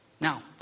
Now